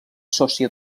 sòcia